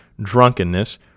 drunkenness